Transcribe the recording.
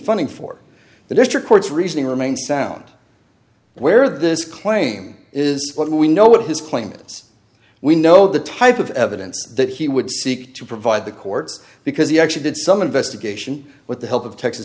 funding for the district court's reasoning remain sound where this claim is what we know what his claimants we know the type of evidence that he would seek to provide the courts because he actually did some investigation with the help of texas